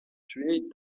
tués